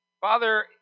Father